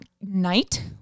night